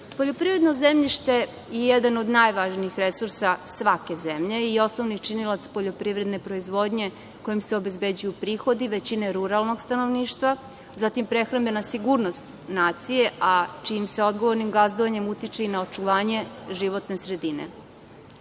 lica. Poljoprivredno zemljište je jedan od najvažnijih resursa svake zemlje i osnovni činilac poljoprivredne proizvodnje kojom se obezbeđuju prihodi većinom ruralnog stanovništva, zatim prehrambena sigurnost nacije, a čijim se odgovornim gazdovanjem utiče i na očuvanje životne